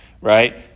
right